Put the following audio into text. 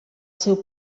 seu